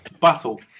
Battle